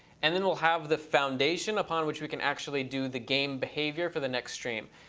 and then we'll have the foundation upon which we can actually do the game behavior for the next stream.